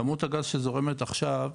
כמות הגז שזורמת עכשיו,